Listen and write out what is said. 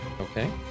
Okay